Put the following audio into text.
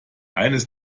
eines